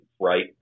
right